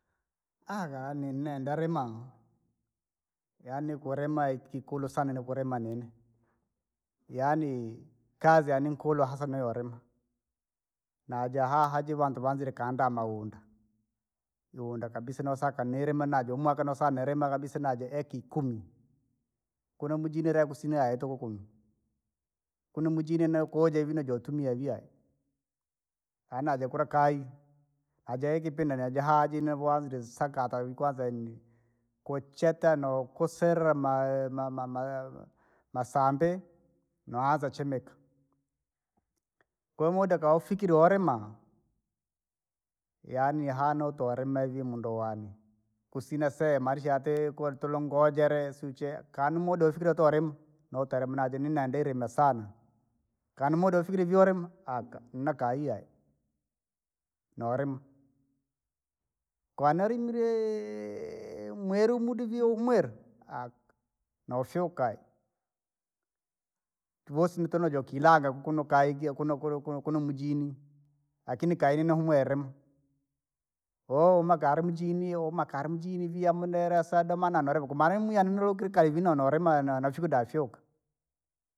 yaani ninaenda rimaa, yaani kurima ikikuulu saana nikunima nini. Yaani, kazi yaaane nkuulu hasa niwarima, na jahaa haha jevee vantu vaanine kuandaaa mayumnda, iyunda kabisa nosaka niirima najaa umwaka noosaka nirime kabisa najaa eka ikumi. Kunu mujinire kusira tuku kumi, kunu mujini ne koojevine jotumia via. Anaja kula kai, ajaikipindi nejahanije vo nuanda usakata ukwaza hii. kuchete noo kusira mai- ma- ma- ma- mai- masambii! Noanza chimika. Kwahiyo muda woufikire woulima, yaani hana utola utoulime ivi mundu wane, kusina sema marisha yatee kutulungojele suche, konumuda ufikire tolima, nootele mnaje ninene ndilima sana. Kana muda ufuli vyoulima, aka nakaiye. Nolima, koo naremile! Mweru umudivi umwira, noufyuka. Tuvosi mituno jo kilanga kuno kaikia kuno kuno kuno kunomujini, lakini kahiline muhwera rima. umaka ali mujini iyo umaka kalimujini vii hamuna ila sadomana nolika ukumala mwiya nunulukira kaivii nonolima nafyuka da fyuka.